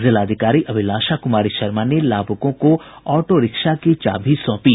जिलाधिकारी अभिलाषा कुमारी शर्मा ने लाभुकों को ऑटो रिक्शा की चाभी सौंपी